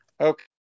okay